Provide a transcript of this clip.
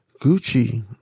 Gucci